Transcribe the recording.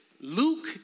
Luke